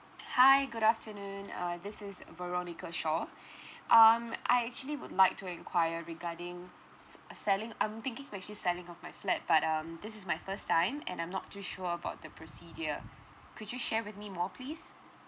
hi good afternoon uh this is veronica shaw um I actually would like to enquire regarding s~ selling I'm thinking of actually selling off my flat but um this is my first time and I'm not too sure about the procedure could you share with me more please